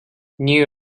new